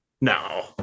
No